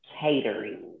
catering